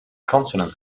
consonant